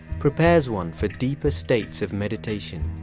prepares one for deeper states of meditation.